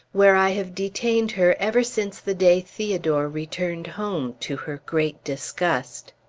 where i have detained her ever since the day theodore returned home, to her great disgust.